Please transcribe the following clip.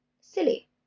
Silly